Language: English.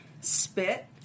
spit